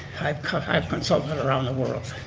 i've kind of i've consulted around the world,